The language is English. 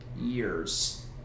years